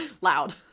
loud